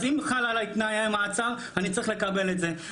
אז אם חל עליי תנאי המעצר, אני צריך לקבל את זה.